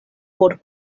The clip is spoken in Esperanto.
por